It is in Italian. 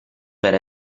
per